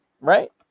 right